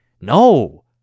no